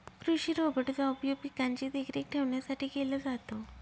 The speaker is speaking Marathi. कृषि रोबोट चा उपयोग पिकांची देखरेख ठेवण्यासाठी केला जातो